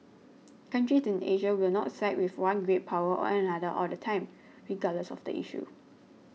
countries in Asia will not side with one great power or another all the time regardless of the issue